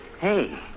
Hey